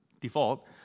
Default